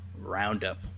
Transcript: roundup